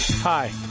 Hi